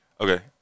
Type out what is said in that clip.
Okay